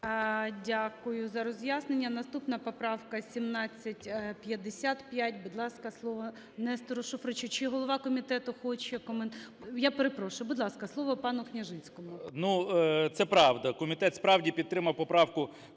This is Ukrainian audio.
Дякую за роз'яснення. Наступна поправка 1755. Будь ласка, слово Нестору Шуфричу. Чи голова комітету хоче коментар… Я перепрошую. Будь ласка, слово пану Княжицькому. 13:24:20 КНЯЖИЦЬКИЙ М.Л. Це правда. Комітет, справді, підтримав поправку